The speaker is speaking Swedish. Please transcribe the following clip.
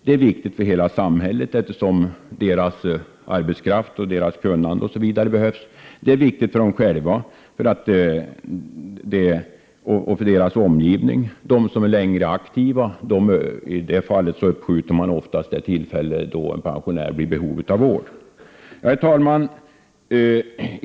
Det är viktigt för hela samhället, eftersom pensionärernas arbetsinsatser och kunnande behövs. Det är viktigt för pensionärerna själva och deras omgivning. Om pensionärer är aktiva länge skjuter man oftast upp den tidpunkt då de behöver vård. Herr talman!